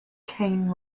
cane